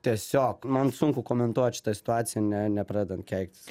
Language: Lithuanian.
tiesiog man sunku komentuot šitą situaciją ne nepradedant keiktis